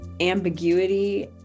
ambiguity